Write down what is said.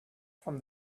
from